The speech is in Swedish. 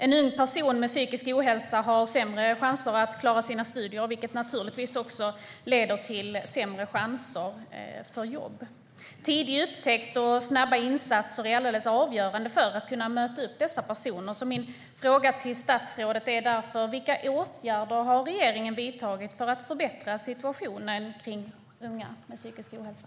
En ung person med psykisk ohälsa har sämre chanser att klara sina studier, vilket naturligtvis också leder till sämre chanser att få jobb. Tidig upptäckt och snabba insatser är alldeles avgörande för att man ska kunna möta upp dessa personer. Min fråga till statsrådet är därför: Vilka åtgärder har regeringen vidtagit för att förbättra situationen för unga med psykisk ohälsa?